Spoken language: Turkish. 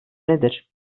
nedir